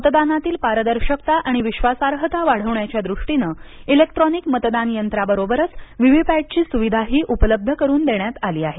मतदानातील पारदर्शकता आणि विश्वासार्हता वाढण्याच्या दृष्टीनं इलेक्ट्रॉनिक मतदान यंत्रांबरोबरच व्ही व्ही पॅटची सुविधाही उपलब्ध करून देण्यात आली आहे